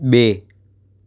બે